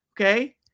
okay